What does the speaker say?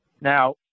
Now